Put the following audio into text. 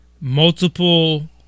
multiple